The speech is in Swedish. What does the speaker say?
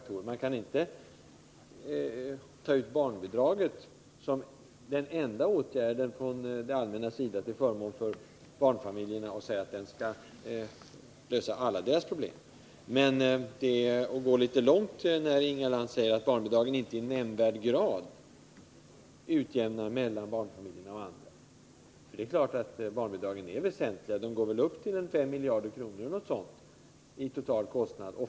Man kan alltså inte ta ut barnbidraget som den endä åtgärden från det allmännas sida till förmån för barnfamiljerna och säga att den skall lösa alla deras problem. Det är att gå litet för långt när Inga Lantz säger att barnbidragen inte i nämnvärd grad utjämnar mellan barnfamiljer och andra. Den totala kostnaden för barnbidragen uppgår till omkring 5 miljarder kronor per år.